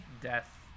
death